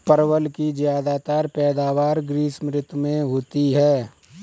परवल की ज्यादातर पैदावार ग्रीष्म ऋतु में होती है